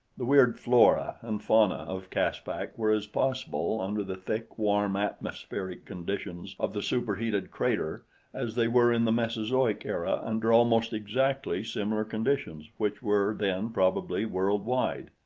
the weird flora and fauna of caspak were as possible under the thick, warm atmospheric conditions of the super-heated crater as they were in the mesozoic era under almost exactly similar conditions, which were then probably world-wide.